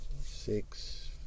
six